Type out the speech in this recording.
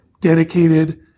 dedicated